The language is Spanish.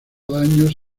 daños